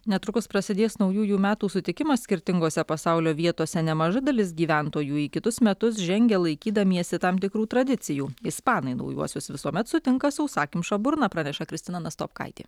netrukus prasidės naujųjų metų sutikimas skirtingose pasaulio vietose nemaža dalis gyventojų į kitus metus žengė laikydamiesi tam tikrų tradicijų ispanai naujuosius visuomet sutinka sausakimša burna praneša kristina nastopkaitė